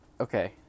okay